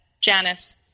Janice